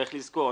צריך לזכור,